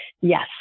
Yes